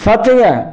सच्च गै